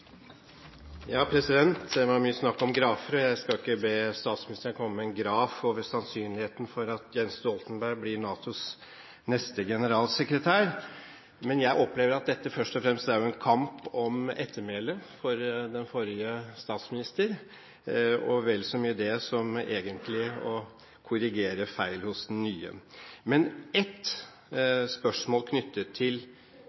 mye snakk om grafer. Jeg skal ikke be statsministeren komme med en graf over sannsynligheten for at Jens Stoltenberg blir NATOs neste generalsekretær, men jeg opplever at dette først og fremst er en kamp om ettermælet til den forrige statsministeren – og vel så mye det som egentlig å korrigere feil hos den nye. Men ett